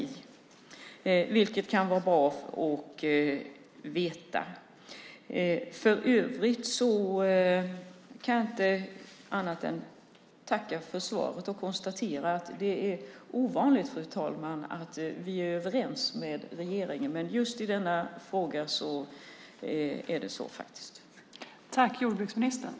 Det kan vara bra att veta. För övrigt kan jag inte annat än tacka för svaret och konstatera att det är ovanligt, fru talman, att vi är överens med regeringen. Men just i denna fråga är vi det.